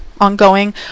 ongoing